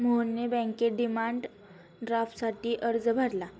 मोहनने बँकेत डिमांड ड्राफ्टसाठी अर्ज भरला